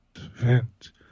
vent